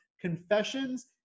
confessions